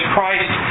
Christ